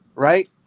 Right